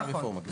זו הרפורמה.